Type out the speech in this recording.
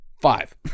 five